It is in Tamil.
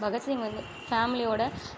பகத்சிங் வந்து ஃபேமிலியோட